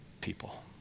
people